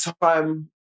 time